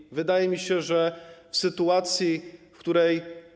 I wydaje mi się, że w sytuacji, w której.